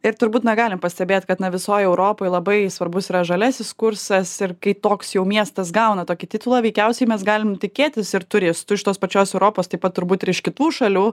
ir turbūt na galim pastebėt kad na visoj europoj labai svarbus yra žaliasis kursas ir kai toks jau miestas gauna tokį titulą veikiausiai mes galim tikėtis ir turistų iš tos pačios europos taip pat turbūt ir iš kitų šalių